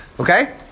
Okay